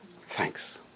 Thanks